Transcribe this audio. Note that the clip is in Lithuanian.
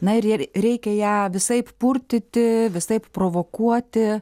na ir reikia ją visaip purtyti visaip provokuoti